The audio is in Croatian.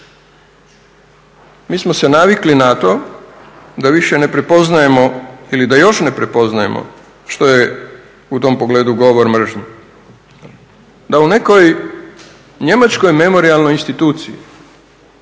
Mi smo se navikli na to da više ne prepoznajemo ili da još ne prepoznajemo što je u tom pogledu govor mržnje, da u nekoj njemačkoj memorijalnoj instituciji